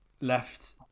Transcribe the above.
left